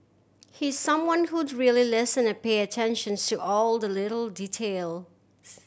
he's someone whose really listen and pay attention to all the little details